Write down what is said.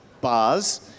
bars